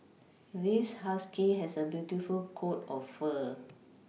this husky has a beautiful coat of fur